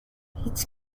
هیچ